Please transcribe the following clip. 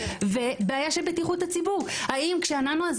ובעיה של בטיחות הציבור האם כשהננו הזה